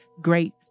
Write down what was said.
Great